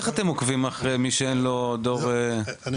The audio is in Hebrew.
איך אתם עוקבים אחרי מי שאין לו טלפון מדור מתקדם?